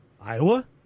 Iowa